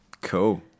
cool